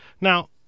Now